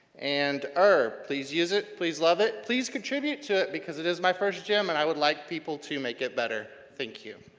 and ure. please use it, please love it, please contribute to it because it is my first gem and i would like people to make it better. thank you.